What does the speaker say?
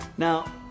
Now